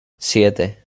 siete